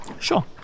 Sure